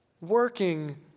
Working